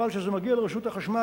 אבל כשזה מגיע לרשות החשמל,